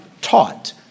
taught